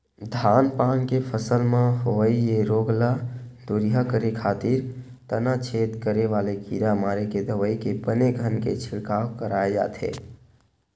धान पान के फसल म होवई ये रोग ल दूरिहा करे खातिर तनाछेद करे वाले कीरा मारे के दवई के बने घन के छिड़काव कराय जाथे